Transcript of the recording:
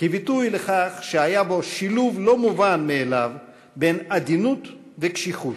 כביטוי לכך שהיה בו שילוב לא מובן מאליו של עדינות וקשיחות,